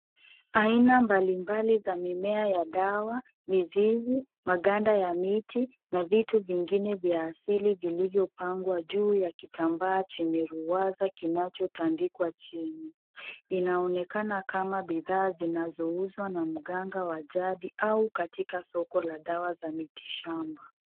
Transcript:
Aina mbalimbali za mimea ya dawa ,mizizi ,maganda ya miti na vitu vingine vya asili vilivyopangwa juu ya kitambaa chenye ruwasa kinachotandikwa chini inaonekana kama bidhaa zinazouzwa na mganga wa jadi au katika soko la dawa za miti shamba.